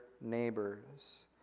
neighbor's